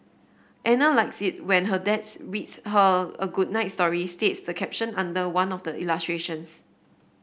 Ana likes it when her dads reads her a good night story states the caption under one of the illustrations